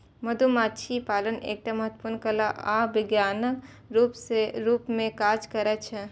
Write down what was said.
मधुमाछी पालन एकटा महत्वपूर्ण कला आ विज्ञानक रूप मे काज करै छै